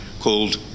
called